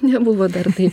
nebuvo dar taip